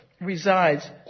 resides